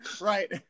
Right